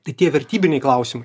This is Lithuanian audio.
tai tie vertybiniai klausimai